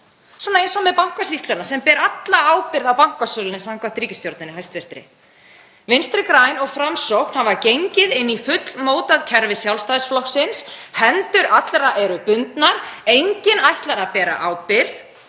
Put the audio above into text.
svona eins og með Bankasýsluna sem ber alla ábyrgð á bankasölunni samkvæmt hæstv. ríkisstjórn? Vinstri græn og Framsókn hafa gengið inn í fullmótað kerfi Sjálfstæðisflokksins. Hendur allra eru bundnar. Enginn ætlar að bera ábyrgð.